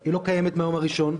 היא לא קיימת מהיום הראשון.